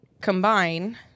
combine